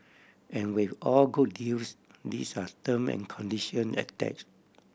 and with all good deals these are term and condition attach